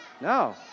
No